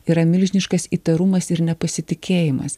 yra milžiniškas įtarumas ir nepasitikėjimas